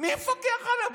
מי יפקח עליהם?